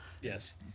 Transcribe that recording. Yes